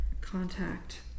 contact